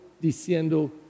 diciendo